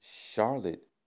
Charlotte